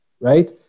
right